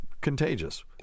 contagious